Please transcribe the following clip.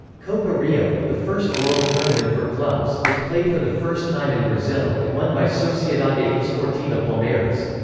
copa rio, the first world tournament for clubs, is played for the first time in brazil, and won by sociedade ah esportiva palmeiras.